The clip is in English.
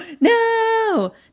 no